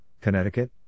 Connecticut